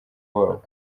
wabo